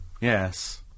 Yes